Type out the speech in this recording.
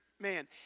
Man